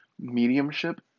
Mediumship